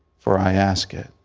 for i ask it